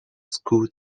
school